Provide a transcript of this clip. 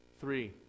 Three